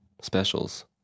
Specials